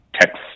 text